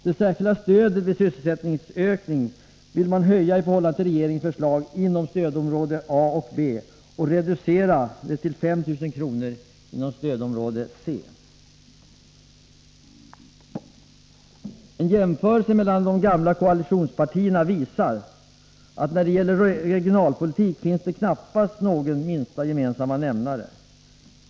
Det särskilda stödet vid sysselsättningsökning vill man höja i förhållande till regeringens förslag inom stödområdena A och B och reducera till 5 000 kr. inom stödområde C. En jämförelse mellan de gamla koalitionspartierna visar att när det gäller regionalpolitik finns det knappast någon minsta gemensamma nämnare.